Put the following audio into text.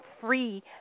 free